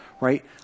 right